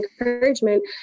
encouragement